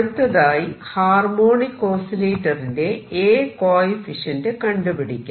അടുത്തതായി ഹാർമോണിക് ഓസിലേറ്ററിന്റെ A coefficient കണ്ടുപിടിക്കാം